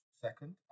second